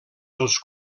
els